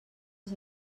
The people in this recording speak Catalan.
els